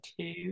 two